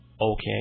okay